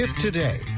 Today